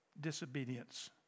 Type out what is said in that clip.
disobedience